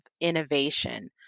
innovation